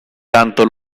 tanto